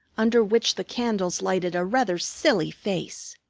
under which the candles lighted a rather silly face.